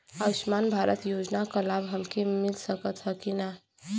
आयुष्मान भारत योजना क लाभ हमके मिल सकत ह कि ना?